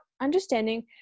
understanding